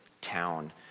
town